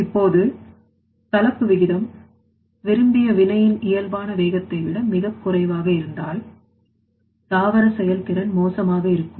இப்போது கலப்பு விகிதம் விரும்பிய வினையின் இயல்பான வேகத்தை விட மிகக் குறைவாக இருந்தால் தாவர செயல்திறன் மோசமாக இருக்கும்